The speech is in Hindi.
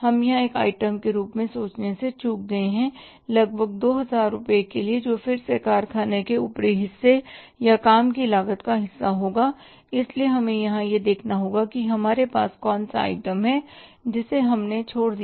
हम यहां एक आइटम के बारे में सोचने से चूक गए हैं लगभग 2000 रुपये के लिए जो फिर से कारखाने के ऊपरी हिस्से या काम की लागत का हिस्सा होगा इसलिए हमें यहां यह देखना होगा कि हमारे पास कौन सा आइटम है जिससे हमने छोड़ दिया